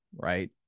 right